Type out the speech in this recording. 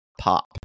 pop